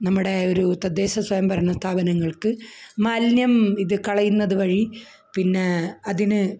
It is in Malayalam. നമ്മുടെ ഒരു തദ്ദേശസ്വയംഭരണ സ്ഥാപനങ്ങൾക്ക് മാലിന്യം ഇത് കളയുന്നതു വഴി പിന്നേ അതിന്